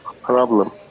problem